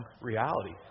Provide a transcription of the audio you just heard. Reality